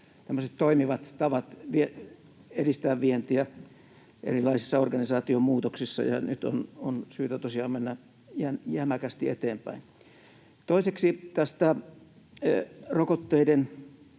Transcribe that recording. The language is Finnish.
toimivat tavat edistää vientiä erilaisissa organisaatiomuutoksissa, ja nyt on syytä tosiaan mennä jämäkästi eteenpäin. Toiseksi tästä rokotteiden